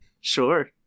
Sure